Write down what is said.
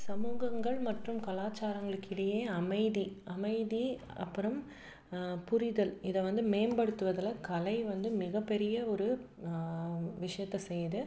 சமூகங்கள் மற்றும் கலாச்சாரங்களுக்கு இடையே அமைதி அமைதி அப்புறம் புரிதல் இதை வந்து மேம்படுத்துவதில் கலை வந்து மிகப்பெரிய ஒரு விஷயத்தை செய்து